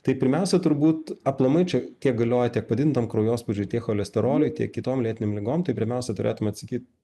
tai pirmiausia turbūt aplamai čia tiek galioja tiek padidintam kraujospūdžiui tiek cholesteroliui tiek kitom lėtinėm ligom tai pirmiausia turėtume atsakyt